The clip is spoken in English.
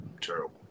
terrible